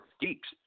geeks